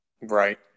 Right